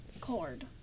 cord